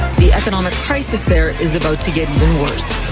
the economic crisis there is about to get even worse.